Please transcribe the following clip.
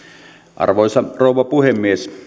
arvoisa rouva puhemies